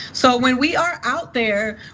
so when we are out there,